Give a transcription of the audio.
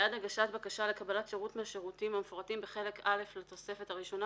בעד הגשת בקשה לקבלת שירות מהשירותים המפורטים בחלק א' לתוספת הראשונה,